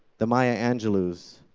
the maya angelous,